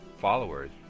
followers